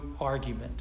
argument